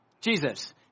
Jesus